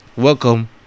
welcome